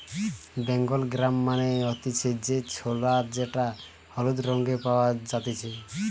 Bengal gram মানে হতিছে যে ছোলা যেটা হলুদ রঙে পাওয়া জাতিছে